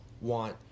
want